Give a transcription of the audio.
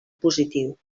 positiu